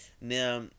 now